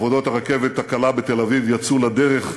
עבודות הרכבת הקלה בתל-אביב יצאו לדרך.